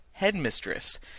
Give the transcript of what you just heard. headmistress